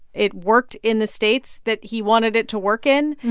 it worked in the states that he wanted it to work in,